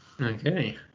Okay